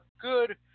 good